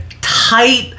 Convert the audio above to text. tight